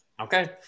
Okay